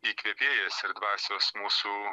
įkvėpėjas ir dvasios mūsų